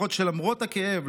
משפחות שלמרות הכאב,